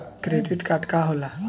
Credit card का होला?